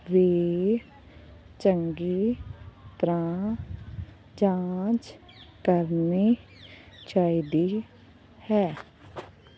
ਵੀ ਚੰਗੀ ਤਰ੍ਹਾਂ ਜਾਂਚ ਕਰਨੀ ਚਾਹੀਦੀ ਹੈ